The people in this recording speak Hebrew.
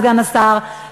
סגן השר,